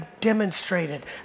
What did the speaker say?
demonstrated